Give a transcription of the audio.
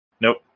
Nope